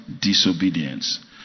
Disobedience